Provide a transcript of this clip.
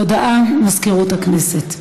הודעה למזכירות הכנסת.